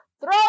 throw